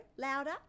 louder